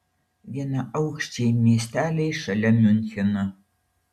vienaaukščiai miesteliai šalia miuncheno